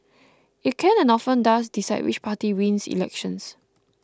it can and often does decide which party wins elections